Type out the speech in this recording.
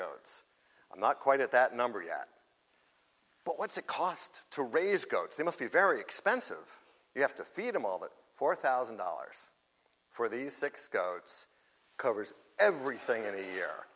goats i'm not quite at that number yet but what's it cost to raise goats they must be very expensive you have to feed them all that four thousand dollars for these six goats covers everything in a year